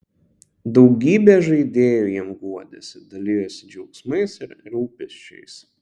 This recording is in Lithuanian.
daugybė žaidėjų jam guodėsi dalijosi džiaugsmais ir rūpesčiais